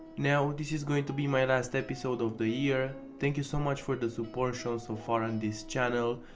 now this is going to be my last episode of the year, thank you very so much for the support shown so far on this channel,